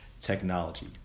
technology